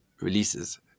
releases